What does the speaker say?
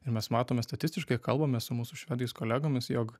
ir mes matome statistiškai kalbame su mūsų švedais kolegomis jog